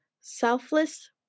selfless